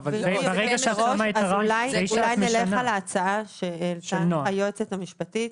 אז אולי נלך על ההצעה של היועצת המשפטית,